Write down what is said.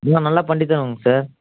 ம் நல்லா பண்ணித் தருவோங்க சார்